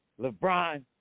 LeBron